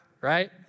right